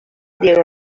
diego